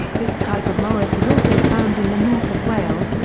this type of morris is also found in the north of wales,